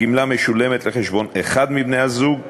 הגמלה משולמת לחשבון אחד מבני-הזוג,